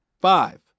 Five